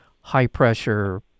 high-pressure